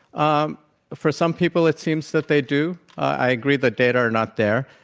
um for some people, it seems that they do. i agree the data are not there.